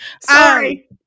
Sorry